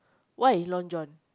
why Long John